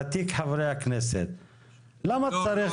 ותיק חברי הכנסת --- לא,